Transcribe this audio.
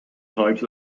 types